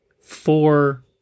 four